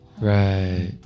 Right